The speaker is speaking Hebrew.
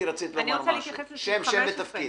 שמי